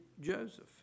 Joseph